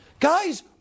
Guys